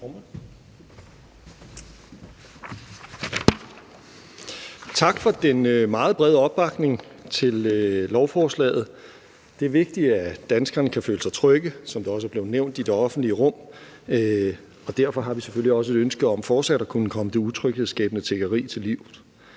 Tak for den meget brede opbakning til lovforslaget. Det er, som det også er blevet nævnt, vigtigt, at danskerne kan føle sig trygge i det offentlige rum, og derfor har vi selvfølgelig også et ønske om fortsat at kunne komme det utryghedsskabende tiggeri til livs.